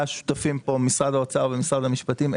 ששותפים פה משרד האוצר ומשרד המשפטים.